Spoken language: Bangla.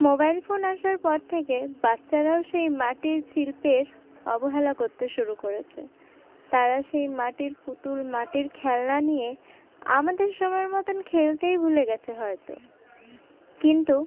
মোবাইল ফোন আসার পর থেকে বাচ্ছারাও সেই মাটির শিল্পের অবহেলা করতে শুরু করেছে তারা সেই মাটির পুতুল মাটির খেলনা নিয়ে আমাদের সময়ের মতো খেলতেই ভুলে গেছে হয়তো কিন্তু